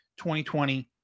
2020